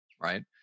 Right